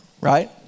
Right